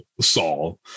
Saul